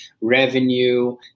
revenue